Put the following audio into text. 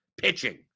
pitching